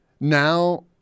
Now